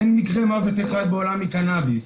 אין מקרה מוות אחד בעולם מקנאביס.